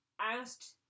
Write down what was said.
asked